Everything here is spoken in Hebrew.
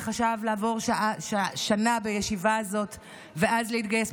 וחשב לעבור שנה בישיבה הזאת ואז להתגייס.